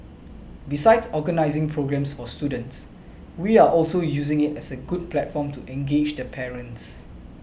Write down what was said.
besides organising programmes for students we are also using it as a good platform to engage the parents